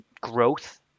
growth